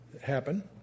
happen